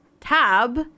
tab